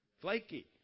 flaky